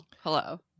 hello